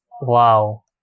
Wow